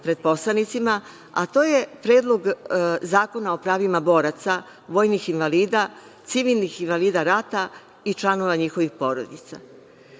pred poslanicima, a to je Predlog zakona o pravima boraca, vojnih invalida, civilnih invalida rata i članova njihovih porodica.